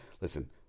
Listen